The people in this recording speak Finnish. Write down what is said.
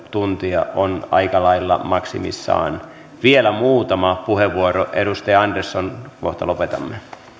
viisi tuntia on aika lailla maksimissaan vielä muutama vastauspuheenvuoro ensin edustaja andersson kohta lopetamme